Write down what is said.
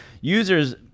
users